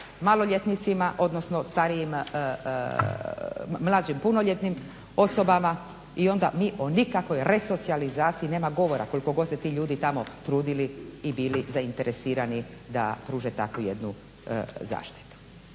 maloljetnicima odnosno mlađe punoljetnim osobama i onda mi o nikakvoj resocijalizaciji nema govora koliko god se ti ljudi tamo trudili i bili zainteresirani da pruže takvu jednu zaštitu.